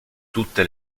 tutte